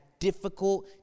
difficult